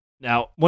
Now